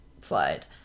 slide